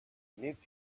lived